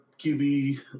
QB